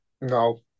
No